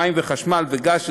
מים וחשמל וגז,